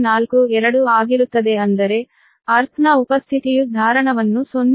0042 ಆಗಿರುತ್ತದೆ ಅಂದರೆ ಅರ್ಥ್ ನ ಉಪಸ್ಥಿತಿಯು ಧಾರಣವನ್ನು 0